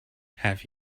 have